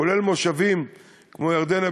זה כולל מושבים כמו ירדנה,